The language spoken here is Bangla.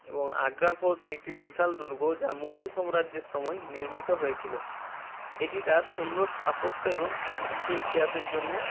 এবং আগ্রা ফোর্ট একটি বিশাল দুর্গ যা মুঘল সম্রাজ্যের সময় নির্মিত হয়েছিলো এটি তার সুন্দর স্থাপত্য এবং সমৃদ্ধ ইতিহাসের জন্য